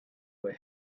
were